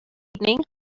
evening